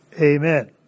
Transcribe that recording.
amen